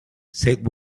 said